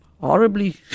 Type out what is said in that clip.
horribly